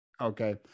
okay